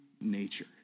nature